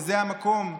וזה המקום,